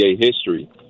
history